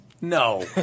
No